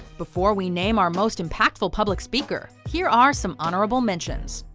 before we name our most impactful public speaker, here are some honourable mentions.